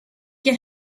get